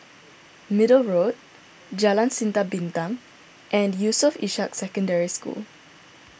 Middle Road Jalan Sinar Bintang and Yusof Ishak Secondary School